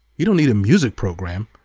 you don't need a music program,